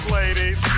ladies